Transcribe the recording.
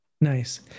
Nice